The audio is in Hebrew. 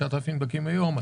9,000 נדבקים ליום,